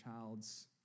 child's